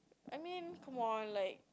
I mean come on like